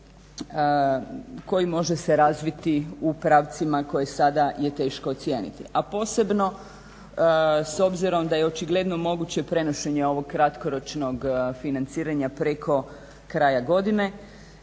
koji može se razviti u pravcima koje sada je teško ocijeniti, a posebno s obzirom da je očigledno moguće prenošenje ovog kratkoročnog financiranja preko kraja godine.